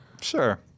sure